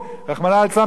פצצת אטום,